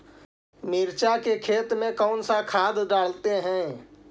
मिर्ची के खेत में कौन सा खाद डालते हैं?